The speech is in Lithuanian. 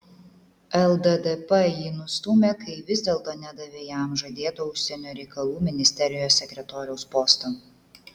lddp jį nustūmė kai vis dėlto nedavė jam žadėto užsienio reikalų ministerijos sekretoriaus posto